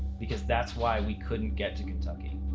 because that's why we couldn't get to kentucky.